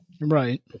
Right